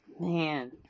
Man